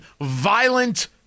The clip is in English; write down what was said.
violent